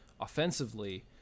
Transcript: offensively